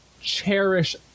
cherish